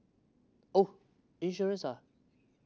oh insurance ah